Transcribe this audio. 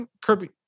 Kirby